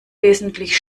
wesentlich